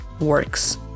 works